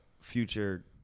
future